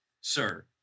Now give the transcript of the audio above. Sir